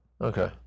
Okay